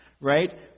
Right